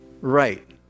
Right